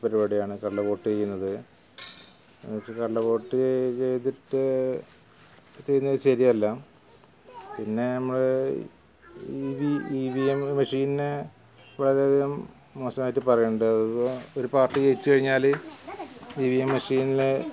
ഒരു പരിപാടിയാണ് കള്ളവോട്ട് ചെയ്യുന്നത് അത് കള്ളവോട്ട് ചെയ്തിട്ട് ചെയ്യുന്നത് ശരിയല്ല പിന്നെ നമ്മൾ ഈ വി വി എം ബഷീറിനെ വളരെയധികം മോശമായിട്ട് പറയുന്നുണ്ട് ഒരു പാര്ട്ടി ജയിച്ച് കഴിഞ്ഞാൽ ഈ വി എം ബഷീറിനെ